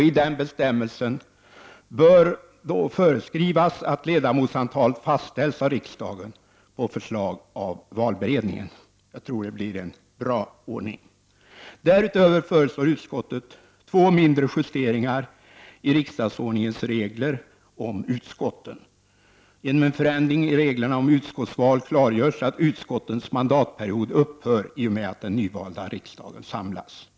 I den bestämmelsen bör föreskrivas att ledamotsantalet fastställs av riksdagen på förslag av valberedningen. Jag tror att det blir en bra ordning. Därutöver föreslår utskottet två mindre justeringar i riksdagsordningens regler om utskotten. Genom en förändring i reglerna om utskottsval klargörs att utskottens mandatperiod upphör i och med att den nyvalda riksdagen samlas.